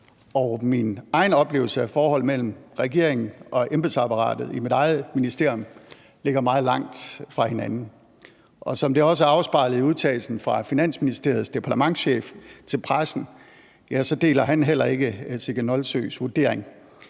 min egen oplevelse af forholdet mellem regeringen og embedsapparatet i mit eget ministerium ligger meget langt fra hinanden. Som det også er afspejlet i udtalelsen fra Finansministeriets departementschef til pressen, deler han heller ikke Sigga Nolsøes vurdering.